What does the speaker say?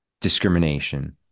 discrimination